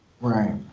right